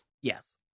Yes